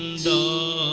so